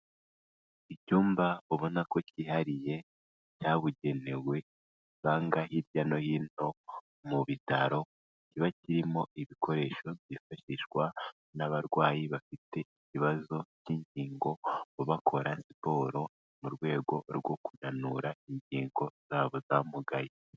Icyumba ubona ko cyihariye, cyabugenewe, usanga hirya no hino mu bitaro kiba kirimo ibikoresho byifashishwa n'abarwayi bafite ibibazo by'inkingo, bakora siporo mu rwego rwo kunanura ingingo zabo zamugaye.